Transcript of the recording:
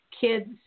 kids